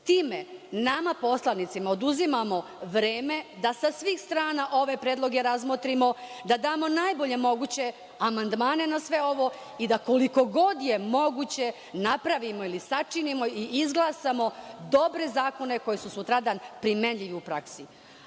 Time nama poslanicima oduzimamo vreme da sa svih strana ove predloge razmotrimo, da damo najbolje moguće amandmane na sve ovo i da koliko god je moguće napravimo ili sačinimo i izglasamo dobre zakone koji su sutradan primenljivi u praksi. Što